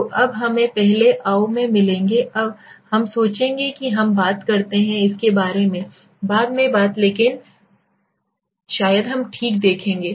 तो अब हमें पहले आओ में मिलेंगे हम सोचेंगे कि हम बात करते हैं इसके बारे में बाद की बातें लेकिन शायद हम ठीक देखेंगे